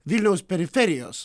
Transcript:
vilniaus periferijos